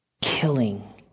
killing